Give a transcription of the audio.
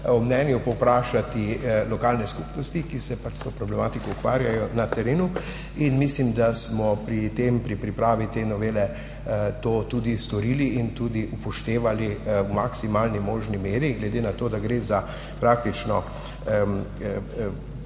mnenju povprašati lokalne skupnosti, ki se pač s to problematiko ukvarjajo na terenu, in mislim, da smo pri tem, pri pripravi te novele to tudi storili in tudi upoštevali v maksimalni možni meri, glede na to, da gre za praktično,